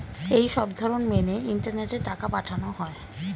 এই সবধরণ মেনে ইন্টারনেটে টাকা পাঠানো হয়